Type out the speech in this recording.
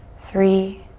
three,